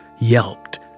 yelped